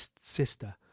sister